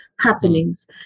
happenings